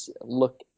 look